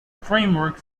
framework